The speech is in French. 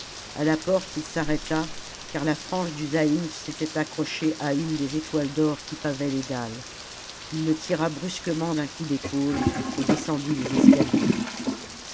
à la porte il s'arrêta car la frange du zaïmph s'était accrochée à une des étoiles d'or qui pavaient les dalles il le tira brusquement d'un coup d'épaule et descendit les escaliers